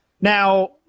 Now